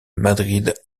madrid